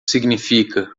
significa